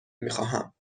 میخواهم